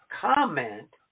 comment